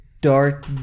Dark